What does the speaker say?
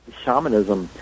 shamanism